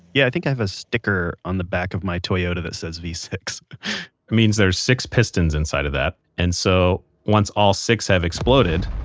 yeah i think i have a sticker on the back of my toyota that says v six point it means there are six pistons inside of that. and so once all six have exploded,